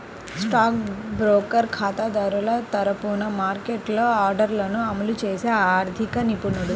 stock broker ఖాతాదారుల తరపున మార్కెట్లో ఆర్డర్లను అమలు చేసే ఆర్థిక నిపుణుడు